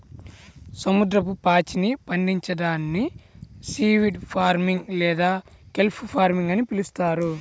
సముద్రపు పాచిని పండించడాన్ని సీవీడ్ ఫార్మింగ్ లేదా కెల్ప్ ఫార్మింగ్ అని పిలుస్తారు